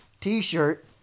t-shirt